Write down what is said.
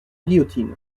guillotine